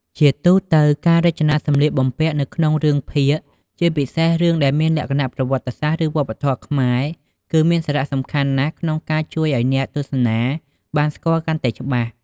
ជាទូទៅ ការរចនាសម្លៀកបំពាក់នៅក្នុងរឿងភាគ ជាពិសេសរឿងដែលមានលក្ខណៈប្រវត្តិសាស្ត្រ ឬវប្បធម៌ខ្មែរ គឺមានសារៈសំខាន់ណាស់ក្នុងការជួយឲ្យអ្នកទស្សនាបានស្គាល់កាន់តែច្បាស់។